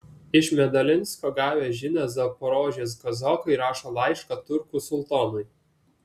iš medalinsko gavę žinią zaporožės kazokai rašo laišką turkų sultonui